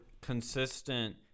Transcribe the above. consistent